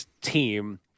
team